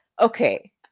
Okay